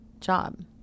job